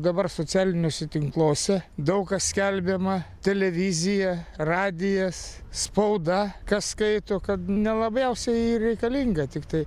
dabar socialiniuose tinkluose daug kas skelbiama televizija radijas spauda kas skaito kad nelabiausiai reikalinga tiktai